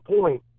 point